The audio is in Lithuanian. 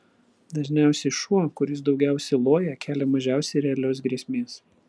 dažniausiai šuo kuris daugiausiai loja kelia mažiausiai realios grėsmės